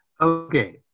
okay